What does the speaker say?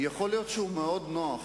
אתה יודע את דעתי עליך,